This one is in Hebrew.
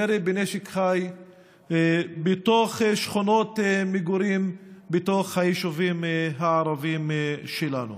ירי בנשק חי בתוך שכונות מגורים בתוך היישובים הערביים שלנו.